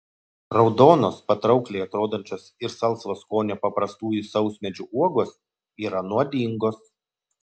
raudonos patraukliai atrodančios ir salsvo skonio paprastųjų sausmedžių uogos yra nuodingos